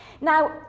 Now